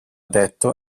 detto